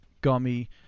gummy